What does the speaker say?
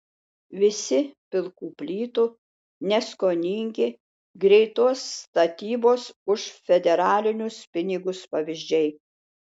visi pilkų plytų neskoningi greitos statybos už federalinius pinigus pavyzdžiai